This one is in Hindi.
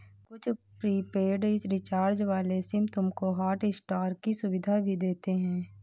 कुछ प्रीपेड रिचार्ज वाले सिम तुमको हॉटस्टार की सुविधा भी देते हैं